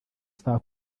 saa